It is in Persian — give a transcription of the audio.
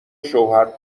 شوهر